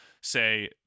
say